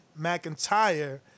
McIntyre